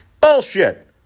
Bullshit